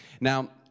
Now